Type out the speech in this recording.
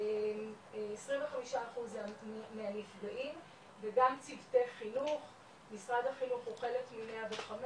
25 אחוז מהנפגעים וגם ציוותי חינוך משרד החינוך הוא חלק מ-105,